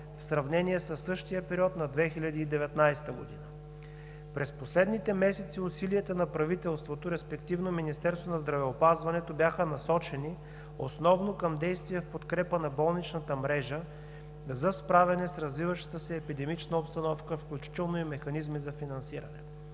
в сравнение със същия период на 2019 г. През последните месеци усилията на правителството, респективно Министерството на здравеопазването бяха насочени основно към действия в подкрепа на болничната мрежа за справяне с развиващата се епидемична обстановка, включително и механизми за финансиране.